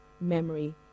memory